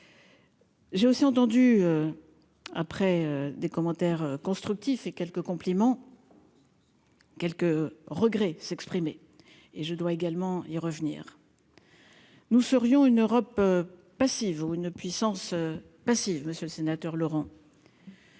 J'ai aussi entendu après des commentaires constructifs et quelques compliments. Quelques regrets s'exprimer et je dois également y revenir. Nous serions une Europe passive ou une puissance passive, Monsieur le Sénateur, Laurent.